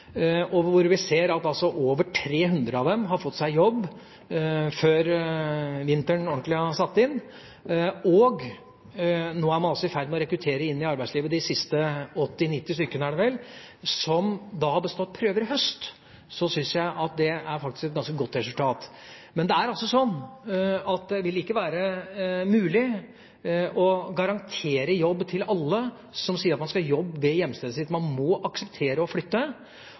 hvor vi ser at over 300 av dem har fått seg jobb før vinteren ordentlig har satt inn, og hvor man nå er i ferd med å rekruttere inn i arbeidslivet de siste 80–90 studentene som har bestått prøver i høst, syns jeg faktisk at det er et ganske godt resultat. Men det vil ikke være mulig å garantere jobb til alle som sier at de skal ha jobb ved hjemstedet sitt. Man må akseptere å flytte,